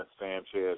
Sanchez